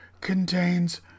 contains